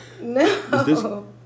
No